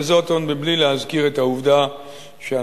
וזאת עוד מבלי להזכיר את העובדה שהנהגת